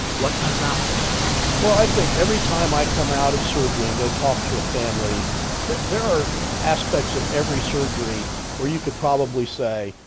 what comes after well, i think every time i come out of surgery and go talk to a family that there are aspects of every surgery where you could probably say,